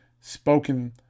spoken